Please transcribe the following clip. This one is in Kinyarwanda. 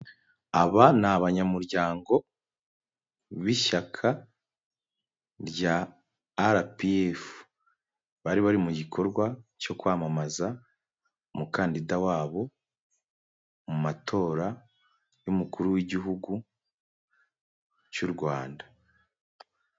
Aba ni abanyamuryango b'ishyaka rya RPF, bari bari mu gikorwa cyo kwamamaza umukandida wabo mu matora y'umukuru w'igihugu cy'u Rwanda.